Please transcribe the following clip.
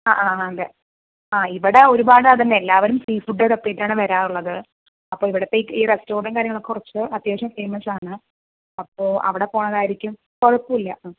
ആ ആ അതേ ആ ഇവിടെ ഒരുപാട് അതുതന്നെ എല്ലാവരും സീഫുഡ് തപ്പിട്ടാണ് വരാറുള്ളത് അപ്പോൾ ഇവിടെത്തെ ഈ റസ്റ്റോറന്റും കാര്യങ്ങളും ഒക്കെ കുറച്ച് അത്യാവശ്യം ഫേമസ് ആണ് അപ്പോൾ അവിടെ പോണതായിരിക്കും കുഴപ്പമില്ല